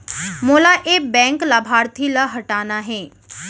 मोला एक बैंक लाभार्थी ल हटाना हे?